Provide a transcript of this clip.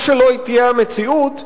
מה שלא תהיה המציאות,